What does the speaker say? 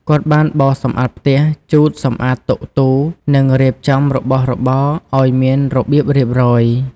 គាត់បានបោសសម្អាតផ្ទះ ជូតសម្អាតតុទូ និងរៀបចំរបស់របរឲ្យមានរបៀបរៀបរយ។